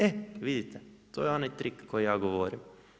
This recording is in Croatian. E vidite, to je onaj trik koji ja govorim.